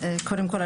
קודם כל,